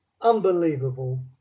Unbelievable